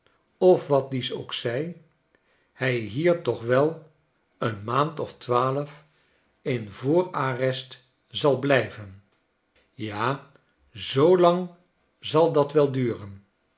of wat dies ook zij hjj hier toch wel een maand of twaalf in voorarrest zal blijven ja zoolang zal dat wel duren